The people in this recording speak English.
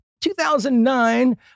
2009